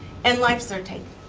and lives are taken,